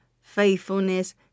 faithfulness